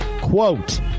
quote